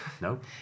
Nope